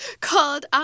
called